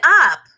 up